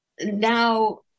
now